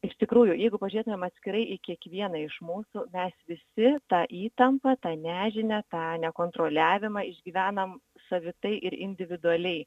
iš tikrųjų jeigu pažiūrėtumėm atskirai į kiekvieną iš mūsų mes visi tą įtampą tą nežinią tą nekontroliavimą išgyvenam savitai ir individualiai